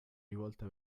rivolta